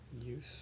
Use